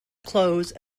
close